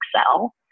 Excel